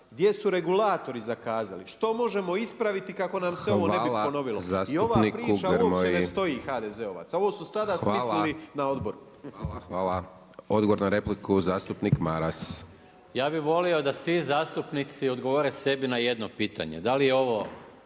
gdje su regulatori zakazali, što možemo ispraviti kako nam se ovo ne bi ponovilo. I ova priča uopće ne stoji HDZ-ovaca. Ovo su sada smislili na odboru. **Hajdaš Dončić, Siniša (SDP)** Hvala. Odgovor na repliku zastupnika Maras. **Maras, Gordan (SDP)** Ja bi volio da svi zastupnici odgovore sebi na jedno pitanje. Da li je ovo